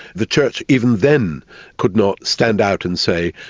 the church even then could not stand out and say,